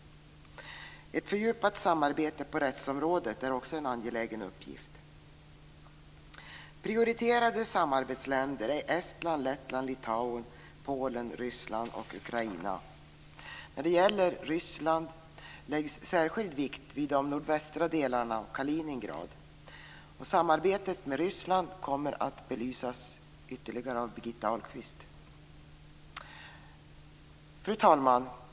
Ett fördjupat samarbete på rättsområdet är också en angelägen uppgift. Prioriterade samarbetsländer är Estland, Lettland, Litauen, Polen, Ryssland och Ukraina. I Ryssland läggs särskild vikt vid de nordvästra delarna och Kaliningrad. Samarbetet med Ryssland kommer att belysas ytterligare av Birgitta Ahlqvist. Fru talman!